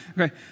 okay